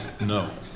No